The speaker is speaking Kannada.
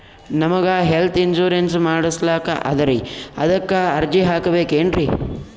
ನಮಗ ಹೆಲ್ತ್ ಇನ್ಸೂರೆನ್ಸ್ ಮಾಡಸ್ಲಾಕ ಅದರಿ ಅದಕ್ಕ ಅರ್ಜಿ ಹಾಕಬಕೇನ್ರಿ?